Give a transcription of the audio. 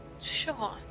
Sure